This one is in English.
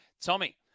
Tommy